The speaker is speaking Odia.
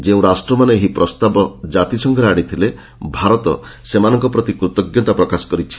ଯେଉଁ ରାଷ୍ଟ୍ରମାନେ ଏହି ପ୍ରସ୍ତାବ ଜାତିସଂଘରେ ଆଣିଥିଲେ ଭାରତ ସେମାନଙ୍କ ପ୍ରତି କୃତଜ୍ଞତା ପ୍ରକାଶ କରିଛି